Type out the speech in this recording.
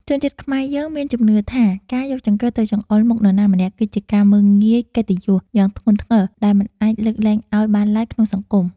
ជនជាតិខ្មែរយើងមានជំនឿថាការយកចង្កឹះទៅចង្អុលមុខនរណាម្នាក់គឺជាការមើលងាយកិត្តិយសយ៉ាងធ្ងន់ធ្ងរដែលមិនអាចលើកលែងឱ្យបានឡើយក្នុងសង្គម។